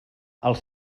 els